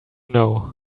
know